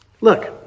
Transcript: look